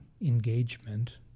engagement